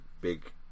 big